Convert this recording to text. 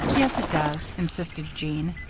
yes, it does, insisted jean.